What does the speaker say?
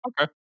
Okay